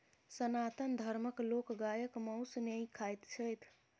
सनातन धर्मक लोक गायक मौस नै खाइत छथि